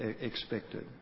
expected